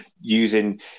using